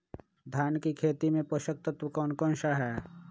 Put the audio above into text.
धान की खेती में पोषक तत्व कौन कौन सा है?